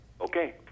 okay